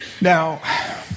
Now